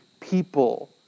people